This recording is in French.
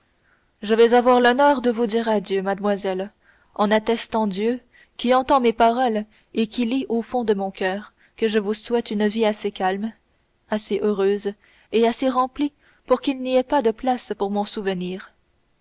je vais avoir l'honneur de vous dire adieu mademoiselle en attestant dieu qui entend mes paroles et qui lit au fond de mon coeur que je vous souhaite une vie assez calme assez heureuse et assez remplie pour qu'il n'y ait pas place pour mon souvenir